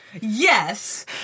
yes